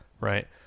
right